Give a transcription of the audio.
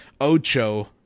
Ocho